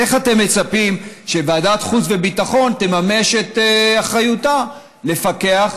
איך אתם מצפים שוועדת החוץ והביטחון תממש את אחריותה לפקח,